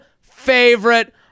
favorite